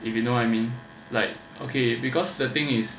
if you know what I mean like okay because the thing is